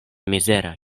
mizera